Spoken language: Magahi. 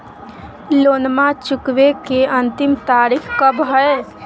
लोनमा चुकबे के अंतिम तारीख कब हय?